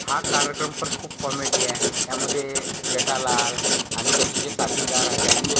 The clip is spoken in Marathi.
हा कार्यक्रम पण खूप कॉमेडी आहे त्यामध्ये जेठालाल आणि त्यांचे जे साथीदार आहे त्यांचे